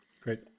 Great